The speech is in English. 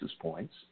points